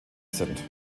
sind